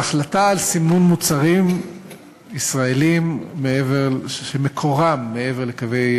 ההחלטה על סימון מוצרים ישראליים שמקורם מעבר לקווי